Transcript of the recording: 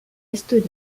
estonie